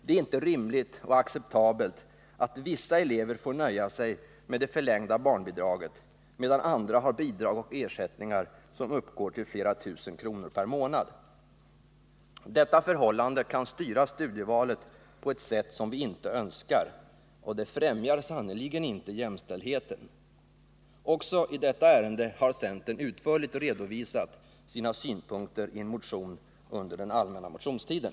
Det är inte rimligt och acceptabelt att vissa elever får nöja sig med det förlängda barnbidraget, medan andra har bidrag eller ersättningar som uppgår till flera tusen kronor per månad. Detta förhållande kan styra studievalet på ett sätt som vi inte önskar, och det främjar sannerligen inte jämställdheten. Också i detta ärende har centern utförligt redovisat sina synpunkter i en motion under den allmänna motionstiden.